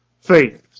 faith